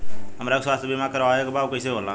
हमरा के स्वास्थ्य बीमा कराए के बा उ कईसे होला?